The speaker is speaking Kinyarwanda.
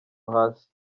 hasi